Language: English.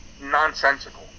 nonsensical